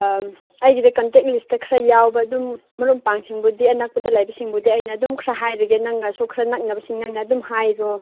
ꯑꯩꯒꯤꯗ ꯀꯟꯇꯦꯛ ꯂꯤꯁꯇ ꯌꯥꯎꯕ ꯈꯔ ꯌꯥꯎꯕ ꯑꯗꯨꯝ ꯃꯔꯨꯞ ꯃꯄꯥꯡꯁꯤꯡꯕꯨꯗꯤ ꯑꯅꯛꯄꯗ ꯂꯩꯕꯁꯤꯡꯕꯨꯗꯤ ꯑꯩꯅ ꯑꯗꯨꯝ ꯈꯔ ꯍꯥꯏꯔꯒꯦ ꯅꯪꯅꯁꯨ ꯈꯔ ꯅꯛꯅꯕꯁꯤꯡ ꯅꯪꯅ ꯑꯗꯨꯝ ꯍꯥꯏꯔꯣ